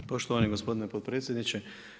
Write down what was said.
Poštovani gospodine potpredsjedniče.